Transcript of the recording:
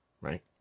right